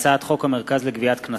הצעת חוק המרכז לגביית קנסות,